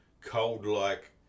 cold-like